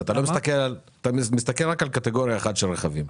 אתה מסתכל רק על קטגוריה אחת של רכבים,